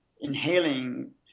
inhaling